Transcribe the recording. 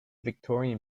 victorian